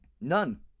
None